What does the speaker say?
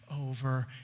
over